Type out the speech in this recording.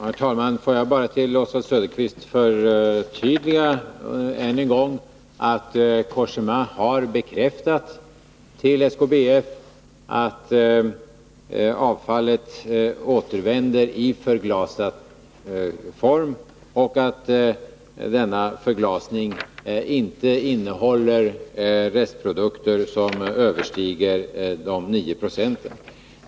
Herr talman! Får jag bara för Oswald Söderqvist än en gång förtydliga att Cogéma till SKBF har bekräftat att avfallet återvänder i förglasad form och att denna förglasning inte innehåller restprodukter som överstiger de 9 procenten.